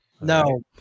No